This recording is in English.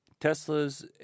Tesla's